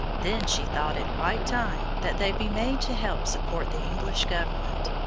then she thought it quite time that they be made to help support the english government.